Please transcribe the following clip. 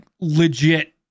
legit